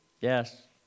yes